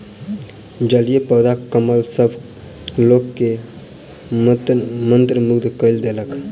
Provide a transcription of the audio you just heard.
जलीय पौधा कमल सभ लोक के मंत्रमुग्ध कय देलक